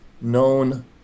known